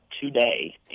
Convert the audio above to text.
today